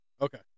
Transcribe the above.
Okay